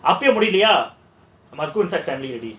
அப்பயும் பிடிக்கலையா:appayum pidikkalaiyaa must go inside family already